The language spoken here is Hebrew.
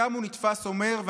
ושם הוא נתפס אומר,